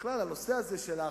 תן לי רק את הנושא הזה,